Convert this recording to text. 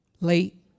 late